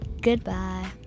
Goodbye